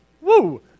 Woo